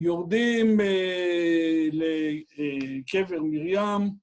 יורדים לקבר מרים